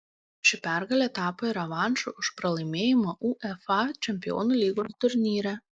ši pergalė tapo ir revanšu už pralaimėjimą uefa čempionų lygos turnyre